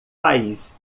país